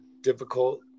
difficult